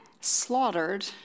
slaughtered